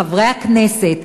לחברי הכנסת,